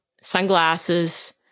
sunglasses